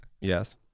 Yes